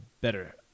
better